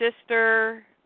sister